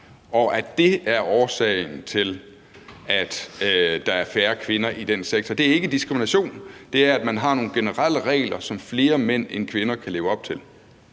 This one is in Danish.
og at dét er årsagen til, at der er færre kvinder i den sektor. Det er ikke diskrimination. Det handler om, at man har nogle generelle regler, som flere mænd end kvinder kan leve op til.